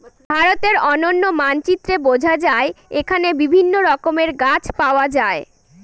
ভারতের অনন্য মানচিত্রে বোঝা যায় এখানে বিভিন্ন রকমের গাছ পাওয়া যায়